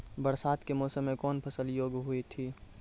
बरसात के मौसम मे कौन फसल योग्य हुई थी?